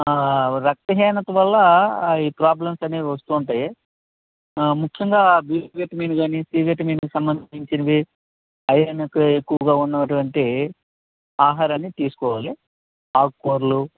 రక్తహీనత వల్ల ఈ ప్రాబ్లమ్స్ అనేవి వస్తూ ఉంటాయి ముఖ్యంగా బి విటమిన్ కాని సి విటమిన్ సంబంధించినవి ఐరన్ ఎక్కా ఎక్కువగా ఉన్నటువంటి ఆహారాన్ని తీసుకోవాలి ఆకుకూరలు